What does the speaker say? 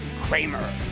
Kramer